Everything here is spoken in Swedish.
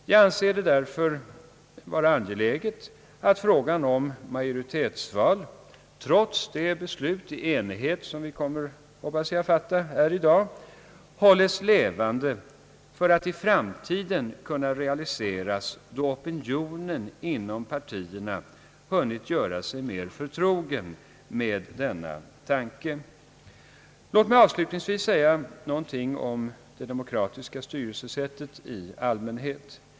Jag anser det därför angeläget att frågan om majoritetsval, trots det beslut i enighet som vi kommer att fatta här i dag, hålles levande, för att i framtiden kunna realiseras då opinionen inom partierna hunnit göra sig mer förtrogen med denna tanke. Låt mig avslutningsvis säga någonting om det demokratiska styrelsesättet i allmänhet.